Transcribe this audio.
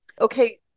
okay